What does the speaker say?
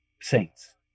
saints